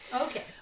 Okay